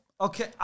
Okay